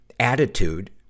attitude